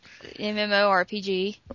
MMORPG